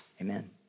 Amen